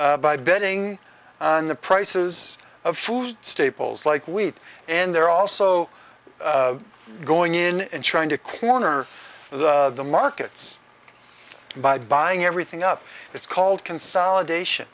by betting on the prices of food staples like wheat and they're also going in and trying to corner the markets by buying everything up it's called consolidation